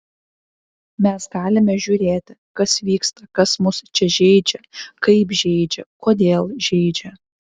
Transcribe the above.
mes galime žiūrėti kas vyksta kas mus čia žeidžia kaip žeidžia kodėl žeidžia